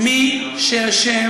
רבותיי, מי שאשם